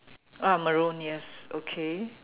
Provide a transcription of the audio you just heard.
ah maroon yes okay